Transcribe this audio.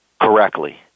correctly